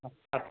ಹಾಂ ಆಯ್ತ್